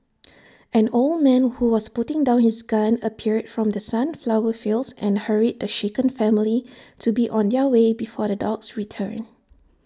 an old man who was putting down his gun appeared from the sunflower fields and hurried the shaken family to be on their way before the dogs return